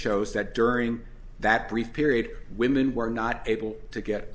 shows that during that brief period women were not able to get